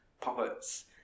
puppets